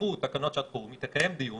שמשהונחו תקנות שעת חירום היא תקיים דיון